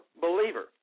Believer